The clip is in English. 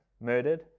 murdered